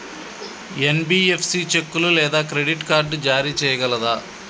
NBFC చెక్కులు లేదా credit card జారీ చేయగలదా?